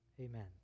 amen